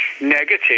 negative